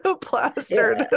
plastered